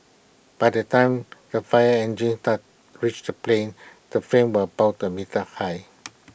by the time the fire engines reached the plane the flames were about A meter high